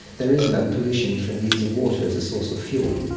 there is no pollution from using water as a source of fuel.